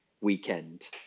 weekend